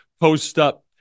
post-up